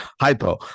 hypo